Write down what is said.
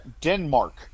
Denmark